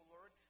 Lord